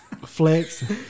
flex